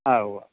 ആ ഉവ്വാ